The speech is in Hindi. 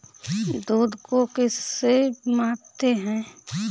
दूध को किस से मापते हैं?